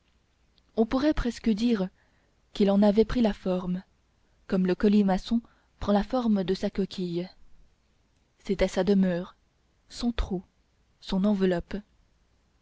on pourrait presque dire qu'il en avait pris la forme comme le colimaçon prend la forme de sa coquille c'était sa demeure son trou son enveloppe